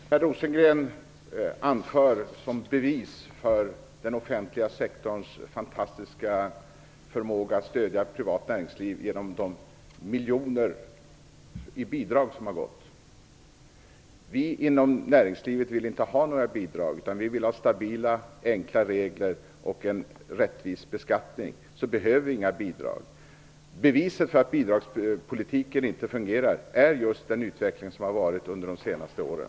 Fru talman! Per Rosengren anför som bevis för den offentliga sektorns fantastiska förmåga att stödja privat näringsliv de miljoner som har givits i bidrag. Vi inom näringslivet vill inte ha några bidrag. Vi vill ha stabila, enkla regler och en rättvis beskattning. Då behöver vi inga bidrag. Beviset för att bidragspolitiken inte fungerar är just den utveckling som har skett under de senaste åren.